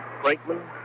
Franklin